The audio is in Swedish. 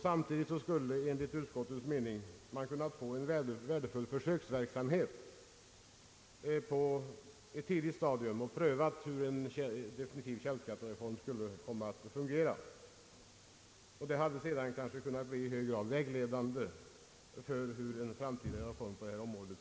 Samtidigt skulle man enligt utskottets mening ha kunnat få en värdefull försöksverksamhet på ett tidigt stadium, varvid man prövat hur en definitiv källskattereform skulle ha kommit att fungera. Detta hade sedan kanske kunnat i hög grad bli vägledande för en framtida reform på detta område.